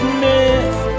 myth